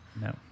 No